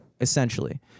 Essentially